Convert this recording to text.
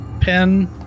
pen